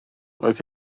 roedd